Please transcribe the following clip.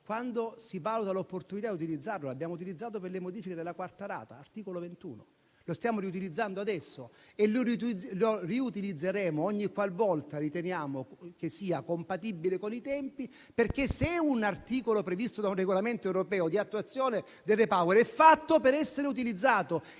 quando si valuta l'opportunità di utilizzarlo. L'abbiamo utilizzato per le modifiche della quarta rata. L'articolo 21. Lo stiamo riutilizzando adesso e lo riutilizzeremo ogni qualvolta riterremo che sia compatibile con i tempi perché se si tratta di un articolo previsto da un regolamento europeo di attuazione del REPower, è fatto per essere utilizzato